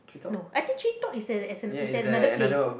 no I think three top is at ano~ is at another place